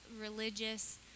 religious